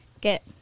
get